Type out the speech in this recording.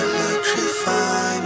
Electrify